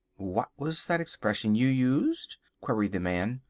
what was that expression you used? queried the man.